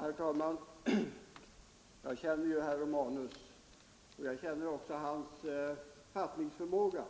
Herr talman! Jag känner herr Romanus och jag känner också till hans fattningsförmåga